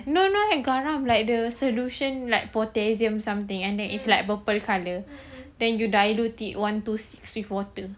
no no air garam like the solution like potassium something and there is like purple colour then you dilute it one to six with water